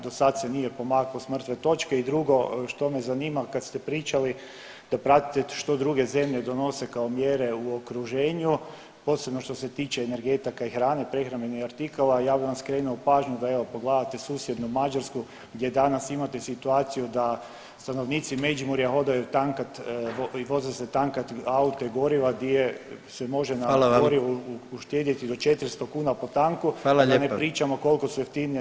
Do sad se nije pomaklo s mrtve točke i drugo što me zanima, kad ste pričali da pratite što druge zemlje donose kao mjere u okruženju, posebno što se tiče energetike i hrane, prehrambenih artikala, ja bih vam skrenuo pažnju da evo, pogledate susjednu Mađarsku gdje danas imate situaciju da stanovnici Međimurja odu tankati i voze se tankati aute goriva di je se može na gorivu [[Upadica: Hvala vam.]] uštedjeti do 400 kuna po tanku, [[Upadica: Hvala lijepa.]] a da ne pričamo koliko su jeftinije